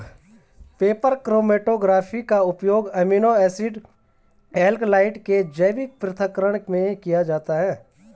paper chromatography का उपयोग amino acid alkaloid के जैविक पृथक्करण में किया जाता है